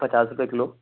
پچاس روپے کلو